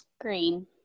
Green